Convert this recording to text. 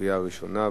קריאה ראשונה.